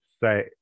say